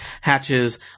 hatches